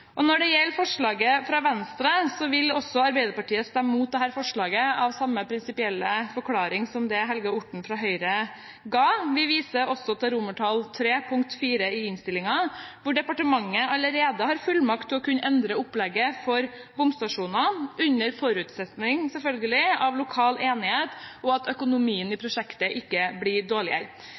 Når det gjelder forslaget fra Venstre, vil også Arbeiderpartiet stemme imot dette, ut fra samme prinsipielle forklaring som den Helge Orten fra Høyre ga. Vi viser også til II, punkt 4, i innstillingen, hvor departementet allerede har fullmakt til å kunne endre opplegget for bomstasjoner, under forutsetning, selvfølgelig, av lokal enighet og av at økonomien i prosjektet ikke blir dårligere.